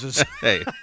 Hey